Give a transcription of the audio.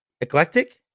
Eclectic